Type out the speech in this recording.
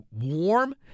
warm